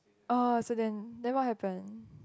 oh so then then what happened